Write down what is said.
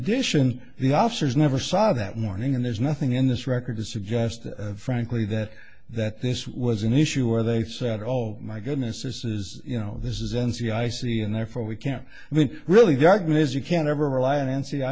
addition the officers never saw that morning and there's nothing in this record to suggest frankly that that this was an issue where they said oh my goodness this is you know this is n c i c and therefore we can't even really dogmas you can't ever rely on